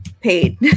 paid